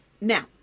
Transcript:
Now